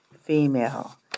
female